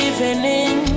Evening